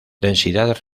densidad